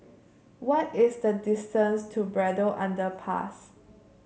what is the distance to Braddell Underpass